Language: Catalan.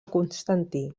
constantí